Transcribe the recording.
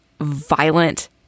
violent